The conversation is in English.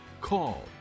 call